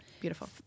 Beautiful